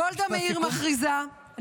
גולדה מאיר מכריזה --- משפט סיכום.